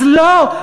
אז לא,